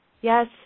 yes